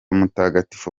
mutagatifu